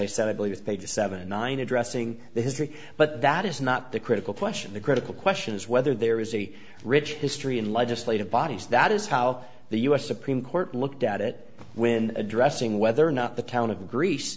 i said i believe page seventy nine addressing the history but that is not the critical question the critical question is whether there is a rich history in legislative bodies that is how the u s supreme court looked at it when addressing whether or not the town of gre